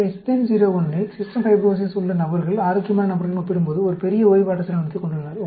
1 இல் cystic fibrosis உள்ள நபர்கள் ஆரோக்கியமான நபர்களுடன் ஒப்பிடும்போது ஒரு பெரிய ஓய்வு ஆற்றல் செலவினத்தைக் கொண்டுள்ளனர்